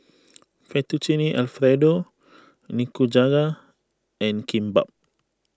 Fettuccine Alfredo Nikujaga and Kimbap